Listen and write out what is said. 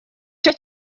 cyo